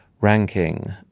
ranking